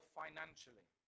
financially